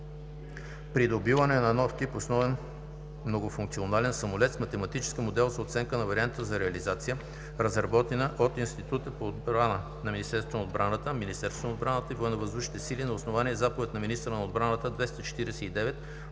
„Придобиване на нов тип основен многофункционален самолет““ с математически модел за оценка на вариантите за реализация, разработена от Института по отбрана на Министерството на отбраната, Министерството на отбраната и ВВС на основание Заповед на министъра на отбраната, № Р-249